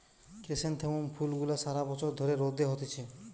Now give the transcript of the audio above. chrysanthemum ফুল গুলা সারা বছর ধরে রোদে হতিছে